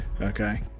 Okay